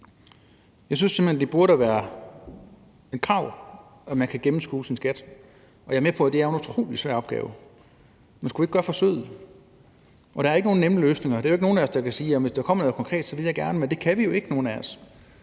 Jeg synes simpelt hen, det burde være et krav, at man kan gennemskue sin skat, og jeg er med på, at det er en utrolig svær opgave. Men skulle vi ikke gøre forsøget? Der er ikke nogen nemme løsninger. Der er jo ikke nogen af os, der kan sige, at hvis der kommer noget konkret, så vil jeg gerne. Men det kan vi jo ikke nogen af os.